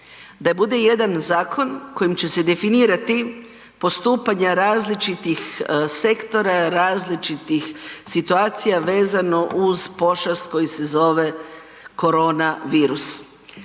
da bude jedan zakon kojim će se definirati postupanja različitih sektora, različitih situacija vezano uz pošast koji se zove korona virus.